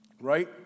Right